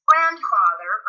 grandfather